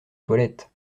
toilettes